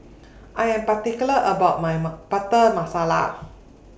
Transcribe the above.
I Am particular about My Butter Masala